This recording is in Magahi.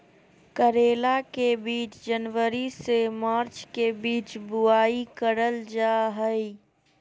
करेला के बीज जनवरी से मार्च के बीच बुआई करल जा हय